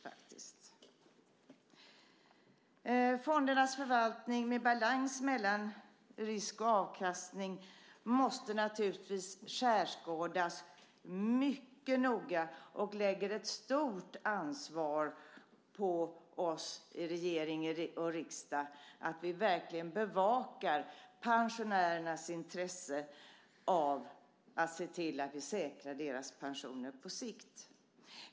Fondernas förvaltning med balans mellan risk och avkastning måste naturligtvis skärskådas mycket noga, vilket lägger ett stort ansvar på oss i riksdag och regering att verkligen bevaka pensionärernas intresse av att vi säkrar deras pensioner på sikt.